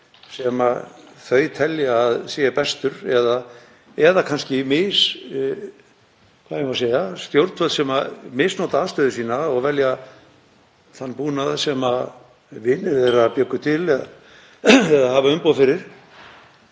sem þau telja að sé bestur. Eða að stjórnvöld misnoti aðstöðu sína og velji þann búnað sem vinir þeirra bjuggu til eða hafa umboð fyrir.